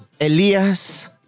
Elias